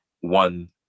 one